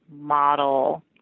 model